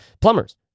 plumbers